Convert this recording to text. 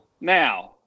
Now